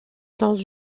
dans